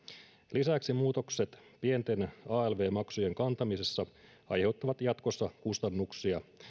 lisäksi muutokset pienten alv maksujen kantamisessa aiheuttavat jatkossa kustannuksia